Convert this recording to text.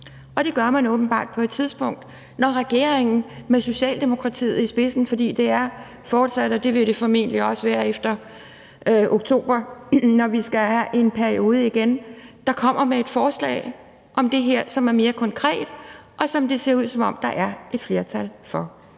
Det gør det åbenbart på et tidspunkt, hvor regeringen med Socialdemokratiet i spidsen – sådan vil det formentlig også være efter oktober, når vi skal have en ny folketingssamling – vil komme med et forslag om det her, som er mere konkret, og som det ser ud til at være et flertal for.